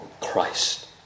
Christ